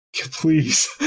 please